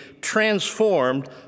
transformed